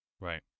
right